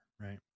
right